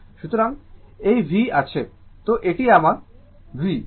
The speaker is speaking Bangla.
সুতরাং এই V সেখানে আছে তাই এটি আমার V